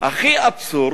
הכי אבסורד,